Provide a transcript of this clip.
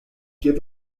give